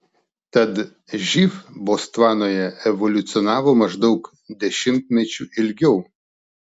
tad živ botsvanoje evoliucionavo maždaug dešimtmečiu ilgiau